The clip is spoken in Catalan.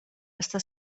està